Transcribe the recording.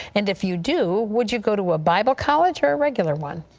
and if you do, would you go to a bible college or a regular one?